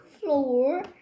floor